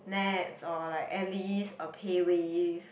Nets or like at least a PayWave